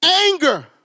Anger